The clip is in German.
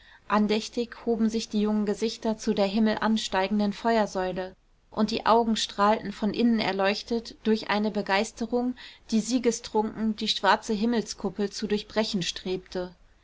andächtig hoben sich die jungen gesichter zu der himmelan steigenden feuersäule und die augen strahlten von innen erleuchtet durch eine begeisterung die siegestrunken die schwarze himmelskuppel zu durchbrechen strebte